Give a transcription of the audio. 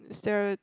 stare it